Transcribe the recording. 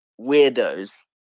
weirdos